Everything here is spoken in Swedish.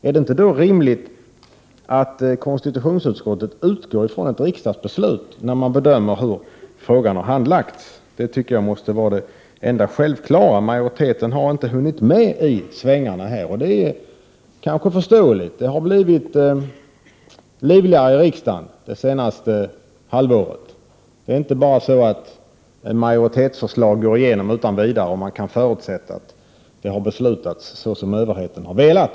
Är det då inte rimligt att konstitutionsutskottet utgår ifrån ett riksdagsbeslut när man bedömer hur frågan har handlagts? Det tycker jag måste vara det enda självklara. Majoriteten har inte hunnit med i svängarna, och det är kanske förståeligt. Det har blivit livligare i riksdagen det senaste halvåret. Det är inte bara så att ett majoritetsförslag går igenom utan vidare och att man kan förutsätta att det har beslutat så som överheten har velat.